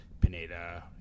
Pineda